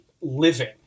living